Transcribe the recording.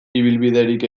ibilbiderik